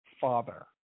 Father